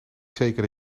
zeker